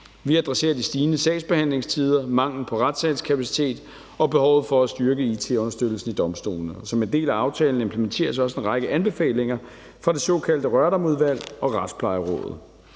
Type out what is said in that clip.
Vi adresserer de stigende sagsbehandlingstider, mangel på retssalskapacitet og behovet for at styrke it-understøttelsen ved domstolene. Som en del af aftalen implementeres også en række anbefalinger fra det såkaldte Rørdamudvalg og Retsplejerådet.